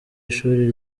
ishuri